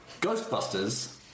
Ghostbusters